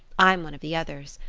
i'm one of the others.